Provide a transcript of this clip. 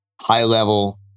high-level